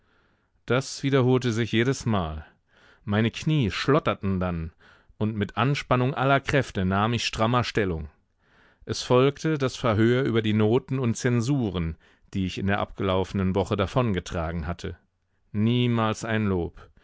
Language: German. das wiederholte sich jedesmal meine knie schlotterten dann und mit anspannung aller kräfte nahm ich strammer stellung es folgte das verhör über die noten und zensuren die ich in der abgelaufenen woche davongetragen hatte niemals ein lob